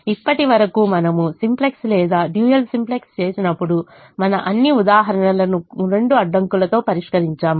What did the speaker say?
ఇప్పటివరకు మనము సింప్లెక్స్ లేదా డ్యూయల్ సింప్లెక్స్ చేసినప్పుడు మన అన్ని ఉదాహరణలను 2 అడ్డంకులతో పరిష్కరించాము